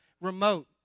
remote